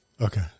Okay